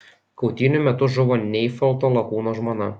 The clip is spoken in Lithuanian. kautynių metu žuvo neifalto lakūno žmona